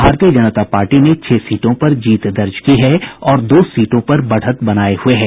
भारतीय जनता पार्टी ने छह सीटों पर जीत दर्ज की है और दो सीटों पर बढ़त बनाए हुए है